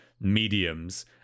mediums